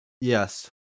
yes